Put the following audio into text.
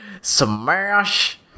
Smash